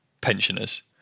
pensioners